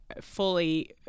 fully